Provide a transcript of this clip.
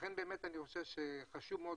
לכן חשוב מאוד